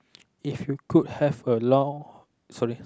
if could have a long sorry